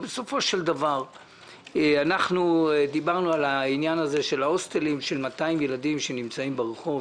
בסופו של דבר דיברנו על ההוסטלים של 200 ילדים שנמצאים ברחוב,